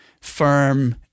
firm